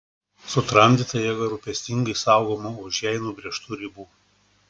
sutramdyta jėga rūpestingai saugoma už jai nubrėžtų ribų